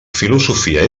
filosofia